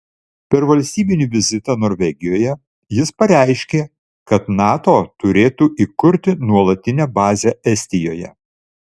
per valstybinį vizitą norvegijoje jis pareiškė kad nato turėtų įkurti nuolatinę bazę estijoje